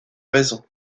raison